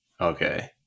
okay